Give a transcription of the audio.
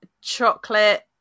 chocolate